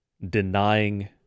denying